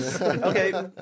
Okay